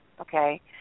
okay